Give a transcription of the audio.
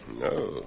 No